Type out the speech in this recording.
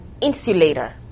insulator